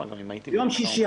יום שישי,